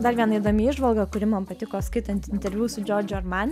dar viena įdomi įžvalga kuri man patiko skaitant interviu su džordžio armani